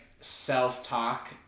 self-talk